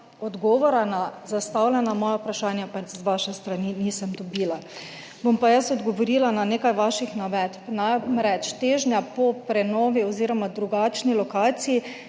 odgovora na moja zastavljena vprašanja pa z vaše strani nisem dobila. Bom pa jaz odgovorila na nekaj vaših navedb. Namreč težnje po prenovi oziroma drugačni lokaciji